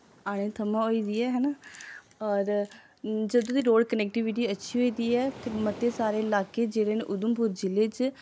आए थमां होई दी ऐ है ना होर जदूं दी रोड़ कनैक्टीविटी अच्छी होई दी ऐ ते मते सारे इलाके जेह्ड़े न उधमपुर जि'ले च